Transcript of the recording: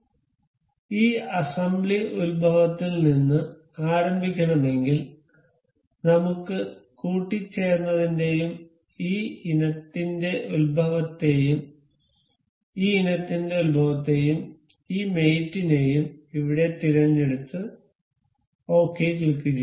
അതിനാൽ ഈ അസംബ്ലി ഉത്ഭവത്തിൽ നിന്ന് ആരംഭിക്കണമെങ്കിൽ നമുക്ക് കൂട്ടിച്ചേര്ന്നതിന്റെയും ഈ ഇനത്തിന്റെ ഉത്ഭവത്തെയും ഈ ഇനത്തിന്റെ ഉത്ഭവത്തെയും ഈ മേറ്റ് നെയും ഇവിടെ തിരഞ്ഞെടുത്ത് ശരി ക്ലിക്കുചെയ്യുക